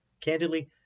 Candidly